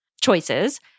choices